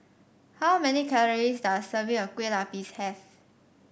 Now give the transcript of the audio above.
how many calories does a serving of Kueh Lapis have